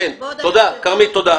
כרמית, תודה.